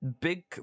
big